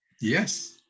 Yes